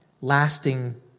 lasting